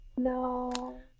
No